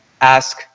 ask